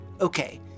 Okay